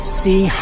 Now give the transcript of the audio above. see